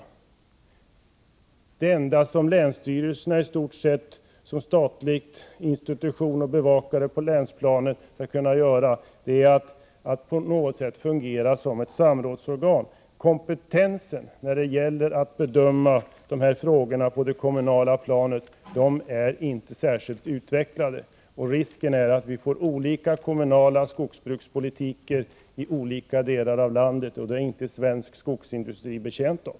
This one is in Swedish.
I stort sett det enda som länsstyrelserna som statlig institution och bevakare på länsplanet skall kunna göra är att på något sätt fungera som ett samrådsorgan. Kompetensen att bedöma sådana här frågor på det kommunala planet är inte särskilt utvecklad. Risken är att vi får olika skogsbrukspolitik i olika delar av landet, och det är inte svensk skogsindustri betjänt av.